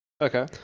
okay